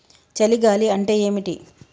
చలి గాలి అంటే ఏమిటి?